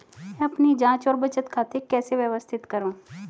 मैं अपनी जांच और बचत खाते कैसे व्यवस्थित करूँ?